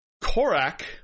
korak